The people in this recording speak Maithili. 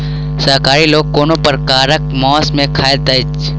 शाकाहारी लोक कोनो प्रकारक मौंस नै खाइत छथि